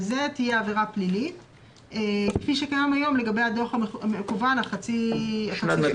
על זה תהיה עבירה פלילית כפי שקיים היום לגבי הדוח המקוון החצי שנתי.